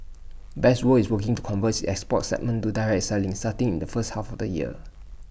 best world is working to convert its export segment to direct his selling starting in the first half the year